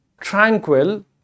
tranquil